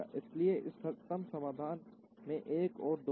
इसलिए इष्टतम समाधान में 1 और 2 है